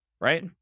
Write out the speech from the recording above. right